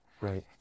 Right